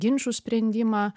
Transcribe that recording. ginčų sprendimą